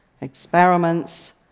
experiments